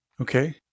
Okay